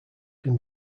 can